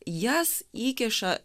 jas įkiša